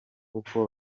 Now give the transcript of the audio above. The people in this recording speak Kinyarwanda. uko